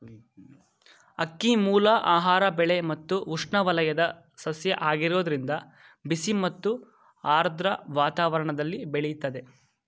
ಅಕ್ಕಿಮೂಲ ಆಹಾರ ಬೆಳೆ ಮತ್ತು ಉಷ್ಣವಲಯದ ಸಸ್ಯ ಆಗಿರೋದ್ರಿಂದ ಬಿಸಿ ಮತ್ತು ಆರ್ದ್ರ ವಾತಾವರಣ್ದಲ್ಲಿ ಬೆಳಿತದೆ